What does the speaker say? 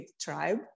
tribe